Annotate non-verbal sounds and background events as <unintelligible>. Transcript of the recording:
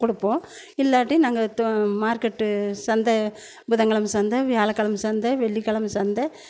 கொடுப்போம் இல்லாட்டி நாங்கள் <unintelligible> மார்கெட்டு சந்தை புதன்கிழமை சந்தை வியாழக்கிழமை சந்தை வெள்ளிக்கிழமை சந்தை